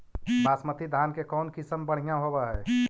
बासमती धान के कौन किसम बँढ़िया होब है?